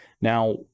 now